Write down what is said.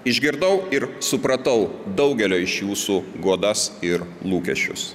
išgirdau ir supratau daugelio iš jūsų godas ir lūkesčius